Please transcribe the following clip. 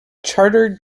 chartered